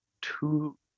two